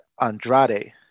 Andrade